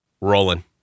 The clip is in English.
Rolling